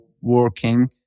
working